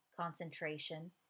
concentration